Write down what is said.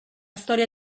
storia